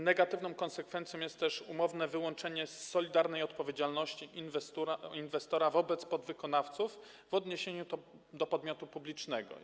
Negatywną konsekwencją jest też umowne wyłączenie solidarnej odpowiedzialności inwestora wobec podwykonawców w odniesieniu do podmiotu publicznego.